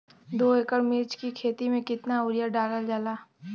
दो एकड़ मिर्च की खेती में कितना यूरिया डालल जाला?